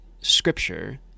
scripture